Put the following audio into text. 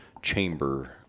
Chamber